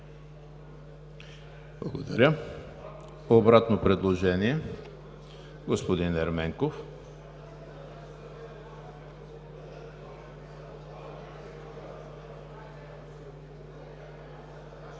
Благодаря. Обратно предложение – господин Ерменков.